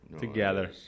together